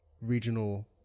regional